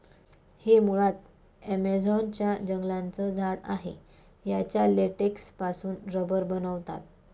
हे मुळात ॲमेझॉन च्या जंगलांचं झाड आहे याच्या लेटेक्स पासून रबर बनवतात